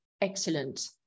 excellent